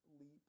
leap